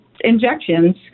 injections